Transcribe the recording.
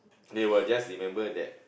they will just remember that